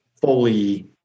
fully